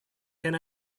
can